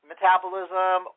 metabolism